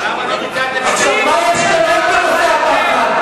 אבל מה יש כאן עוד בנושא הפחד?